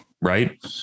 Right